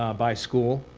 ah by school.